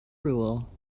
rule